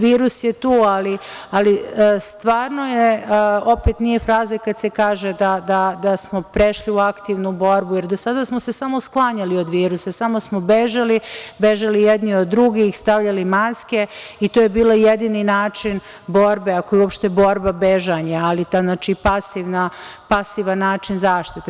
Virus je tu, ali opet nije fraza kad se kaže da smo prešli u aktivnu borbu, jer do sada smo se samo sklanjali od virusa, samo smo bežali, bežali jedni od drugih, stavljali maske i to je bio jedini način borbe, ako je uopšte borba bežanje, ali taj pasivan način zaštite.